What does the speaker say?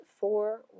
four